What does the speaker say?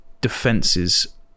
defenses